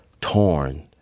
torn